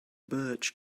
birch